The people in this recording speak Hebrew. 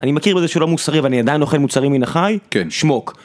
אני מכיר בזה שלא מוסרי ואני עדיין אוכל מוצרים מן החי? כן. שמוק.